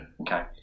okay